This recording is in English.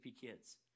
Kids